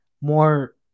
more